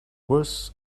worse